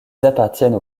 appartiennent